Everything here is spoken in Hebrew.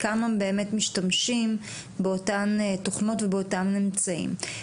כמה באמת משתמשים באותן תוכנית ובאותם אמצעים.